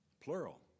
plural